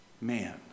man